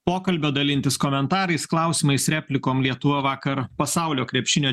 pokalbio dalintis komentarais klausimais replikom lietuva vakar pasaulio krepšinio